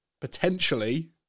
potentially